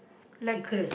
like